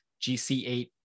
GC8